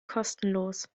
kostenlos